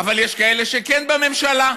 אבל יש כאלה שכן בממשלה,